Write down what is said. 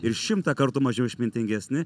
ir šimtą kartų mažiau išmintingesni